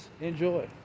Enjoy